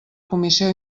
comissió